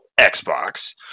xbox